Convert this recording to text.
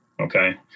okay